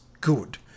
good